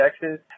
Texas